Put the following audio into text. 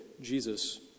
Jesus